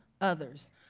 others